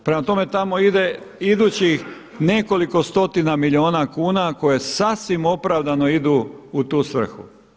Prema tome, tamo ide idućih nekoliko stotina milijuna kuna koja sasvim opravdano idu u tu svrhu.